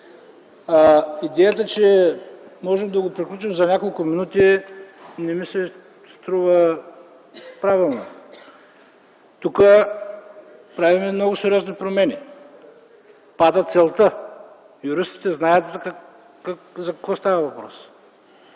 Идеята, че можем да го приключим за няколко минути, не ми се струва правилна. Тук правим много сериозни промени – пада целта. Юристите знаят за какво става въпрос.